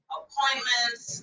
appointments